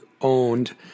owned